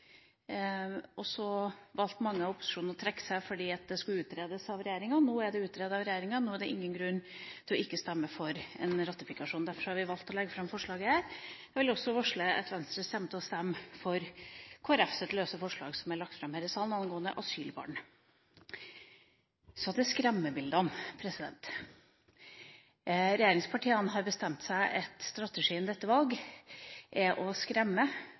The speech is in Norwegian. og så valgte mange i opposisjonen å trekke seg, fordi det skulle utredes av regjeringa. Nå er det utredet av regjeringa, så nå er det ingen grunn til ikke å stemme for en ratifikasjon. Derfor har vi valgt å legge fram forslaget her. Jeg vil også varsle at Venstre kommer til å stemme for Kristelig Folkepartis forslag som er omdelt i salen, angående asylbarn. Så til skremmebildene. Regjeringspartiene har bestemt seg for at strategien ved dette valget er å skremme